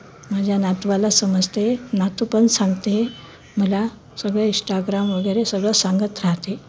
माझ्या नातवाला समजते नातू पण सांगते मला सगळं इस्टाग्राम वगैरे सगळं सांगत राहते